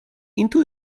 into